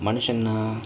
மனு௸னா:manushanaa